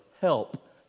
help